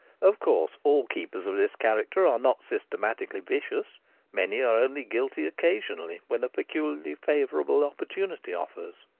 of course all keepers of this character are not systematically vicious many are only guilty occasionally, when a peculiarly favour able opportunity offers.